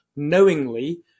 Knowingly